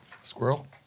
Squirrel